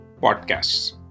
podcasts